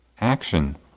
action